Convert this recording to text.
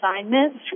assignments